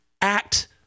act